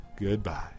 Goodbye